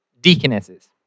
deaconesses